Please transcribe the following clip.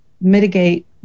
mitigate